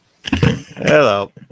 hello